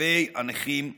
לגבי הנכים הקשים.